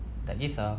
like this ah